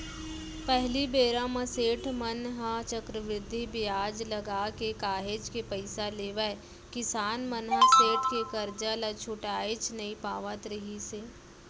पहिली बेरा म सेठ मन ह चक्रबृद्धि बियाज लगाके काहेच के पइसा लेवय किसान मन ह सेठ के करजा ल छुटाएच नइ पावत रिहिस हे